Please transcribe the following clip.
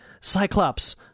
Cyclops